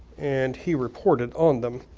and he reported on them.